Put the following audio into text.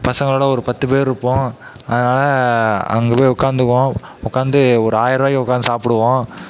பசங்களோட ஒரு பத்து பேர் இருப்போம் அதனால அங்கே போய் உட்காந்துக்குவோம் உக்காந்து ஒரு ஆயர்வாயிக்கு உட்காந்து சாப்பிடுவோம்